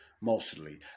mostly